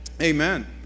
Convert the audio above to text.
amen